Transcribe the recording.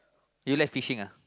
you like fishing ah